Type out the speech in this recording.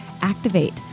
Activate